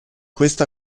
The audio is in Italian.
questa